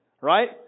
right